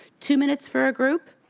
two minutes for a group.